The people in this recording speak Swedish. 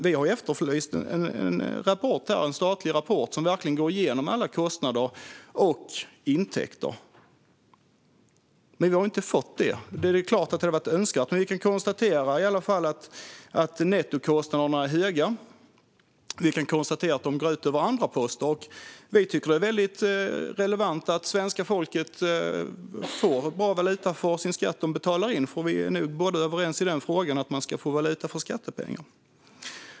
Vi har efterlyst en statlig rapport som verkligen går igenom alla kostnader och intäkter, men det har vi inte fått. Det är klart att det hade varit önskvärt. Men vi kan i alla fall konstatera att nettokostnaderna är höga och att de går ut över andra poster. Vi tycker att det är relevant att svenska folket får bra valuta för den skatt de betalar in, för vi är nog båda överens om att man ska få valuta för skattepengar.